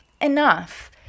enough